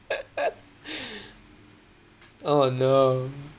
oh no